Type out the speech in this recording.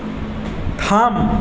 থাম